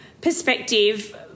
perspective